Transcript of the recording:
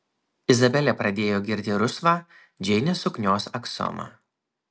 izabelė pradėjo girti rusvą džeinės suknios aksomą